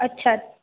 अच्छा